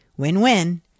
Win-win